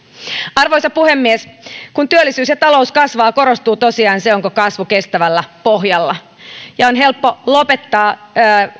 arvoisa puhemies kun työllisyys ja talous kasvavat korostuu tosiaan se onko kasvu kestävällä pohjalla on helppo lopettaa